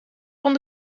van